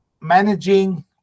managing